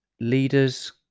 leaders